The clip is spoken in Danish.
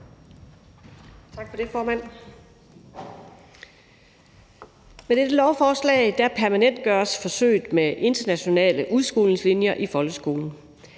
Med dette lovforslag permanentgøres forsøget med internationale udskolingslinjer i folkeskolen.